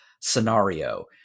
scenario